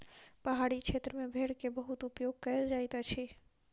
पहाड़ी क्षेत्र में भेड़ के बहुत उपयोग कयल जाइत अछि